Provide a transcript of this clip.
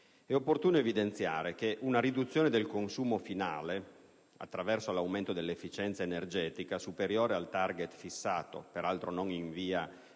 È opportuno evidenziare che una riduzione del consumo finale attraverso l'aumento dell'efficienza energetica superiore al *target* fissato, peraltro non in via